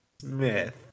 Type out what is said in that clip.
Smith